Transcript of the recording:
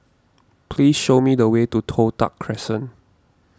please show me the way to Toh Tuck Crescent